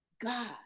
God